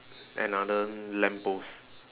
another lamppost